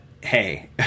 hey